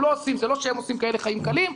זה לא שהם עושים כאלה חיים קלים.